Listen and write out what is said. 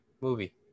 movie